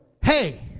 hey